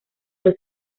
los